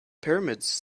pyramids